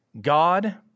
God